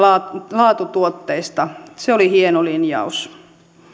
laatutuotteista se oli hieno linjaus